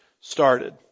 started